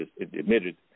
admitted